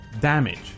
damage